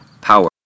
power